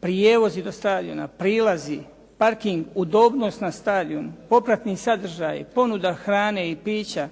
prijevozi do stadiuma, prilazi, parking, udobnost na stadionu, popratni sadržaji, ponuda hrane i pića,